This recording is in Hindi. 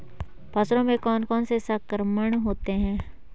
फसलों में कौन कौन से संक्रमण होते हैं?